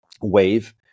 wave